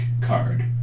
card